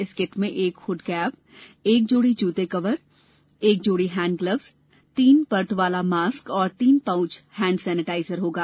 इस किट में एक हुड कैप एक जोड़ी जूते का कवर एक जोड़ी हैंड ग्लब्स एक तीन पर्त वाला मास्क व तीन पाउच हैंड सेनेटाइजर होगा